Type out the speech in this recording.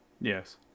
Yes